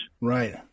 Right